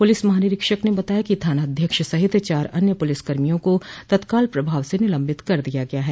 police महानिरीक्षक ने न बताया कि थानाध्यक्ष सहित चार अन्य पुलिसकर्मियो को तत्काल प्रभाव से निलंबित कर दिया गया है